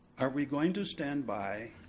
are we going to stand by